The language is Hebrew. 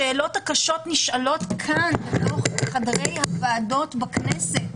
השאלות הקשות נשאלות כאן בחדרי הוועדות בכנסת,